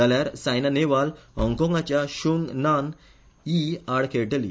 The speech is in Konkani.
जाल्यार सायना नेहवाल हॉकाँगाच्या शूंग नान यी आड खेळटली